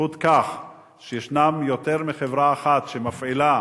בזכות כך שיש יותר מחברה אחת שמפעילה